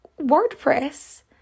wordpress